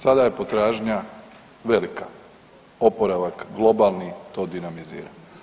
Sada je potražnja velika, oporavak globalni to dinamizira.